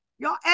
Y'all